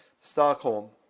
Stockholm